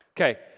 Okay